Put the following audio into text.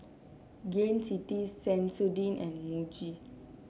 Gain City Sensodyne and Muji